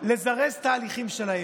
לזרז תהליכים שלהן,